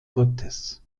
gottes